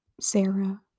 Sarah